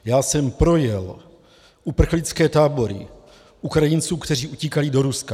Já jsem projel uprchlické tábory Ukrajinců, kteří utíkají do Ruska.